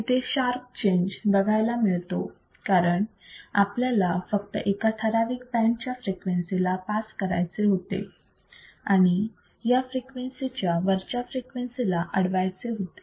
इथे sharp change बघायला मिळतो कारण आपल्याला फक्त एका ठराविक बँड च्या फ्रिक्वेन्सी ला पास करायचे होते आणि या फ्रिक्वेन्सी च्या वरच्या फ्रिक्वेन्सी ला अडवायचे होते